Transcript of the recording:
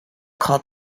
called